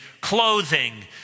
clothing